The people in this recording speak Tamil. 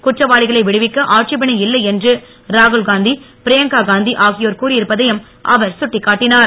குற்றவாளிகளை விடுவிக்க ஆட்சேபனை இல்லை என்று ராகுல்காந்தி பிரியங்கா காந்தி ஆகியோர் கூறியிருப்பதையும் அவர் கட்டிக்காட்டினார்